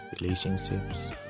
relationships